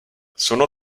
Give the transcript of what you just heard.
sono